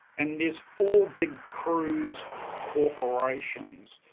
and there's four big cruise corporations.